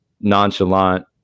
nonchalant